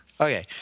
Okay